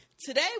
today